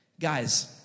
Guys